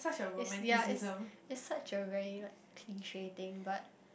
it's ya it's it's such a very like cliche thing but